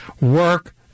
work